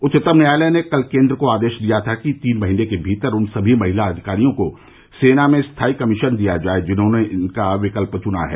उच्चतम न्यायालय ने कल केन्द्र को आदेश दिया कि तीन महीने के भीतर उन सभी महिला अधिकारियों को सेना में स्थाई कमीशन दिया जाए जिन्होंने इसका विकल्प चुना है